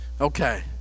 Okay